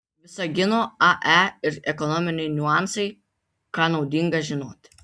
visagino ae ir ekonominiai niuansai ką naudinga žinoti